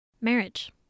Marriage